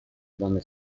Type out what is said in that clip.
donde